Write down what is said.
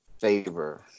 favor